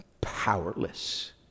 powerless